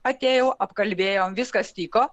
atėjau apkalbėjom viskas tiko